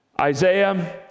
Isaiah